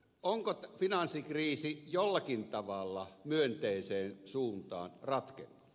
onko finanssikriisi jollakin tavalla myönteiseen suuntaan ratkennut